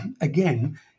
again